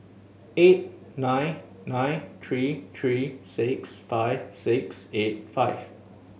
eight nine nine three three six five six eight five